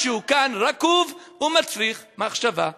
משהו כאן רקוב ומצריך מחשבה.